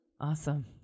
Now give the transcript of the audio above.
Awesome